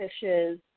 fishes